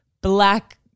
black